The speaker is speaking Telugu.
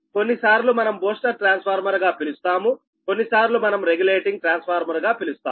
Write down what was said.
కొన్నిసార్లు మనం బూస్టర్ ట్రాన్స్ఫార్మర్ గా పిలుస్తాముకొన్నిసార్లు మనం రెగ్యులేటింగ్ ట్రాన్స్ఫార్మర్ గా పిలుస్తాము